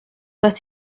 was